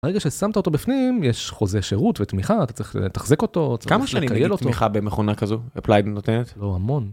רגע ששמת אותו בפנים יש חוזה שירות ותמיכה אתה צריך לתחזק אותו כמה שנים יש תמיכה במכונה כזו applied נותנת המון.